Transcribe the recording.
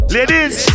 Ladies